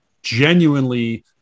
genuinely